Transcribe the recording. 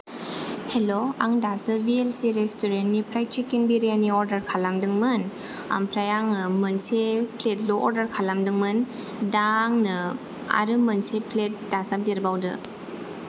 हेल' आं दासो भि एल सि रेस्टुरेन्टनिफ्राय सिक्केन बिरियानी अर्डार खालामदोंमोन आमफ्राय आङो मोनसे प्लेटल' अर्डार खालामदोंमोन दा आंनो आरो मोनसे प्लेट दाजाबदेरबावदो